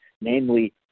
namely